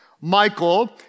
Michael